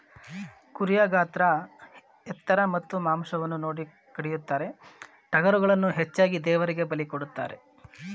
ಕುರಿಯ ಗಾತ್ರ ಎತ್ತರ ಮತ್ತು ಮಾಂಸವನ್ನು ನೋಡಿ ಕಡಿಯುತ್ತಾರೆ, ಟಗರುಗಳನ್ನು ಹೆಚ್ಚಾಗಿ ದೇವರಿಗೆ ಬಲಿ ಕೊಡುತ್ತಾರೆ